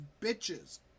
bitches